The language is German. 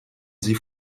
sie